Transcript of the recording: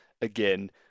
again